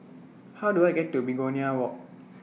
How Do I get to Begonia Walk